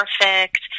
perfect